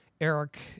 Eric